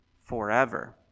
forever